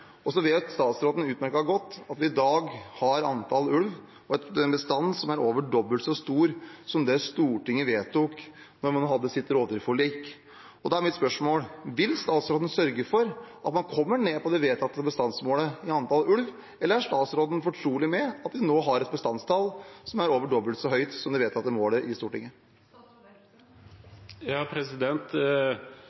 vet utmerket godt at vi i dag har et ulveantall og en bestand som er over dobbelt så stor som det Stortinget vedtok da man vedtok sitt rovdyrforlik. Da er mitt spørsmål: Vil statsråden sørge for at man kommer ned på det vedtatte bestandsmålet i antall ulv, eller er statsråden fortrolig med at vi nå har et bestandstall som er over dobbelt så høyt som Stortingets vedtatte mål? Antall ynglinger i